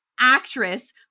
actress